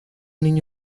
niño